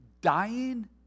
dying